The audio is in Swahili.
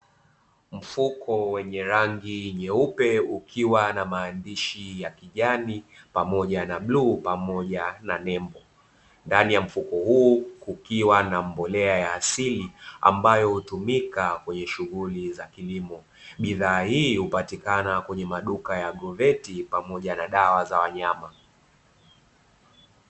Mfuko wenye rangi nyeupe ukiwa na maandishi ya kijani pamoja na bluu pamoja na nembo, ndani ya mfuko huu kukiwa na mbolea ya asili, ambayo hutumika kwenye shughuli za kilimo, bidhaa hii hupatikana kwenye maduka ya 'Agrovet' pamoja na dawa za wanyama.